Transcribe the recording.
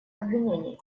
обвинений